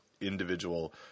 individual